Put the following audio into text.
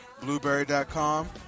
Blueberry.com